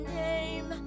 name